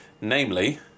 namely